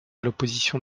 l’opposition